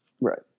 Right